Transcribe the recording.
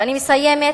ואני מסיימת.